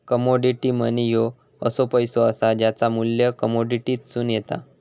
commodity money ह्यो असो पैसो असा ज्याचा मू्ल्य कमोडिटीतसून येता